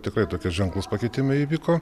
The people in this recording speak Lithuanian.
tikrai tokie ženklūs pakeitimai įvyko